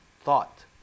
thought